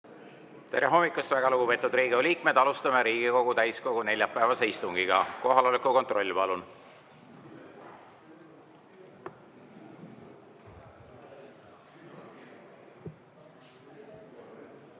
Tere hommikust, väga lugupeetud Riigikogu liikmed! Alustame Riigikogu täiskogu neljapäevast istungit. Kohaloleku kontroll, palun!